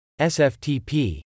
SFTP